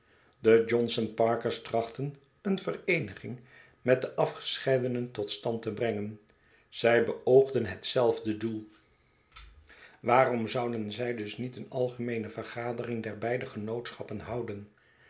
de johnson parkers trachtten een vereeniging met de afgescheidenen tot stand te brengen zij beoogden hetzelfde doel zij dus niet een algemeene vergadering der beide genootschappen liouden